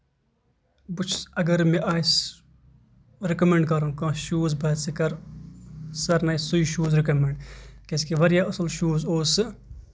بہٕ چھُس اَگر مےٚ آسہِ رِکَمنٛڈ کَرُن کٲنٛسہِ شوٗز بہٕ ہسا کَرٕ سارنٕے سُے شوٗز رِکَمنٛڈ کیازِ کہِ واریاہ اَصٕل شوٗز اوس سُہ